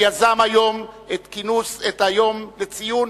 שיזם את היום לציון